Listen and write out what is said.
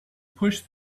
pushed